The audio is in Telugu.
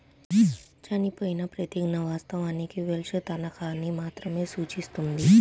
చనిపోయిన ప్రతిజ్ఞ, వాస్తవానికి వెల్ష్ తనఖాని మాత్రమే సూచిస్తుంది